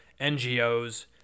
NGOs